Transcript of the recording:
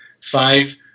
Five